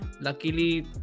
luckily